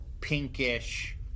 pinkish